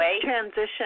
transition